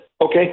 okay